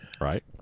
Right